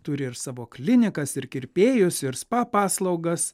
turi ir savo klinikas ir kirpėjus ir spa paslaugas